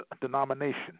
denomination